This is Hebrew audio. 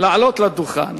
לעלות לדוכן